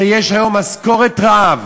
שיש היום משכורת רעב,